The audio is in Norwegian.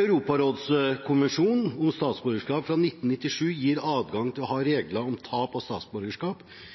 Europarådskonvensjonen om statsborgerskap fra 1997 gir adgang til regler om tap av statsborgerskap